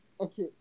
Okay